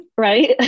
right